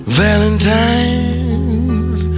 valentines